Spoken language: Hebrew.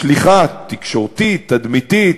משליכה תקשורתית, תדמיתית,